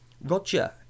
Roger